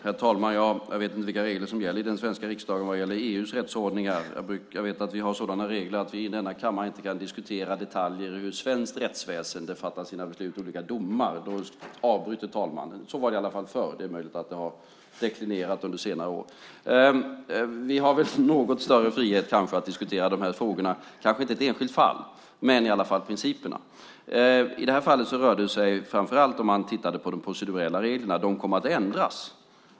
Herr talman! Jag vet inte vilka regler som gäller i den svenska riksdagen vad gäller EU:s rättsordningar. Jag vet att vi har sådana regler att vi i denna kammare inte kan diskutera detaljer för hur svenskt rättsväsende fattar sina beslut i olika domar. Då avbryter talmannen. Så var det i alla fall förr. Det är möjligt att det har deklinerat under senare år. Vi har väl kanske något större frihet att diskutera de här frågorna - kanske inte ett enskilt fall, men i alla fall principerna. I det här fallet rör det sig framför allt, om man tittar på det, om de procedurella reglerna. De kom att ändras.